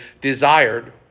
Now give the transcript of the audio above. desired